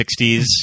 60s